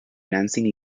nancy